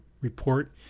report